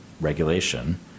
regulation